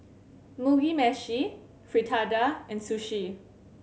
Mugi Meshi Fritada and Sushi